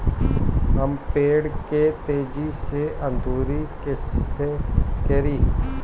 हम पेड़ के तेजी से अंकुरित कईसे करि?